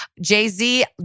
Jay-Z